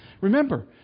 Remember